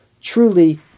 truly